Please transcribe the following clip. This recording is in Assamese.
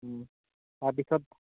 তাৰপিছত